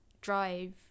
drive